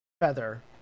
feather